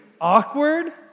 awkward